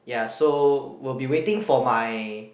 ya so will be waiting for my